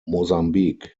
mozambique